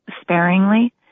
sparingly